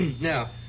now